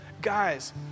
guys